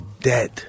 dead